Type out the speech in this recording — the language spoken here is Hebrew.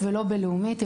או בליגה הלאומית,